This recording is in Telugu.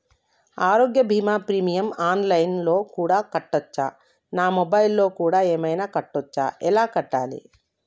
ఆరోగ్య బీమా ప్రీమియం ఆన్ లైన్ లో కూడా కట్టచ్చా? నా మొబైల్లో కూడా ఏమైనా కట్టొచ్చా? ఎలా కట్టాలి?